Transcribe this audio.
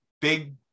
big